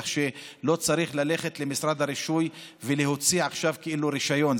כך שלא צריך ללכת למשרד הרישוי ולהוציא רישיון עכשיו.